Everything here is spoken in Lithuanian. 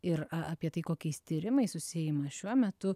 ir a apie tai kokiais tyrimais užsiima šiuo metu